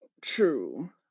True